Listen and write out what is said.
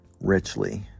richly